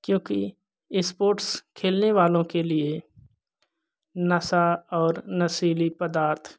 क्योंकि इस्पोर्ट्स खेलने वालों के लिए नशा और नशीले पदार्थ